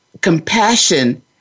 compassion